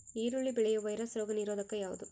ಈರುಳ್ಳಿ ಬೆಳೆಯ ವೈರಸ್ ರೋಗ ನಿರೋಧಕ ಯಾವುದು?